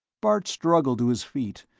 bart struggled to his feet,